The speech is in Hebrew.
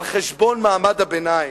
על חשבון מעמד הביניים.